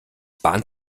bahnt